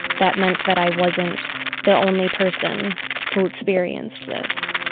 that meant that i wasn't the only person who experienced this,